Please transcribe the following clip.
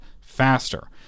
faster